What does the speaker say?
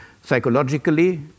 Psychologically